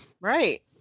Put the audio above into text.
Right